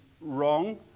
wrong